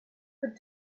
but